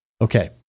Okay